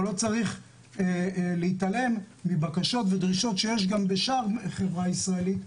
אבל לא צריך להתעלם מבקשות ודרישות שיש בשאר החברה הישראלית,